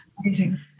amazing